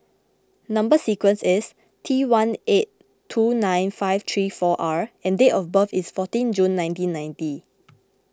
Number Sequence is T one eight two nine five three four R and date of birth is fourteen June nineteen ninety